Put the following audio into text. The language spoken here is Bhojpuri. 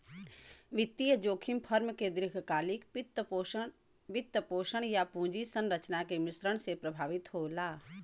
वित्तीय जोखिम फर्म के दीर्घकालिक वित्तपोषण, या पूंजी संरचना के मिश्रण से प्रभावित होला